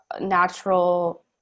natural